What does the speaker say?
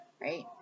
right